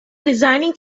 resigning